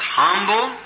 humble